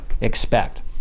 expect